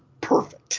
perfect